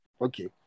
Okay